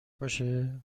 باشه